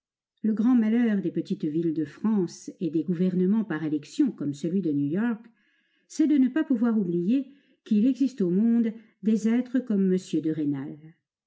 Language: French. le grand malheur des petites villes de france et des gouvernements par élections comme celui de new york c'est de ne pas pouvoir oublier qu'il existe au monde des êtres comme m de rênal